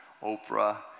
Oprah